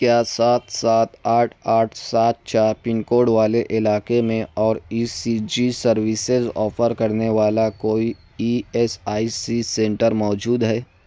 کیا سات سات آٹھ آٹھ سات چار پن کوڈ والے علاقے میں اور E C G services offer کرنے والا کوئی E S I C centre موجود ہے